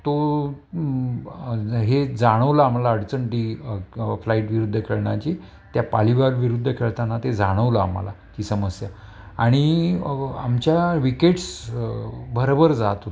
तो हे जाणवलं आम्हाला अडचण डी फ्लाईट विरुद्ध खेळण्याची त्या पालिवार विरुद्ध खेळताना ते जाणवलं आम्हाला ती समस्या आणि आमच्या विकेट्स भरबर जात होत्या